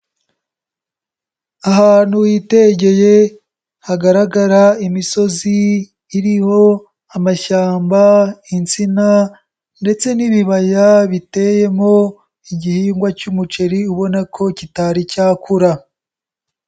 Ahantu hitegeye hagaragara imisozi iriho amashyamba, insina ndetse n'ibibaya biteyemo igihingwa cy'umuceri ubona ko kitari cyakura.